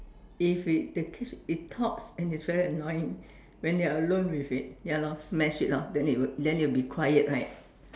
if it the catch it talks and it's very annoying when you are alone with it ya lor smash it lor then it then it would be quiet right